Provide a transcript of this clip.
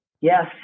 Yes